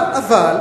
נכון.